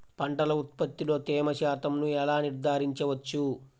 పంటల ఉత్పత్తిలో తేమ శాతంను ఎలా నిర్ధారించవచ్చు?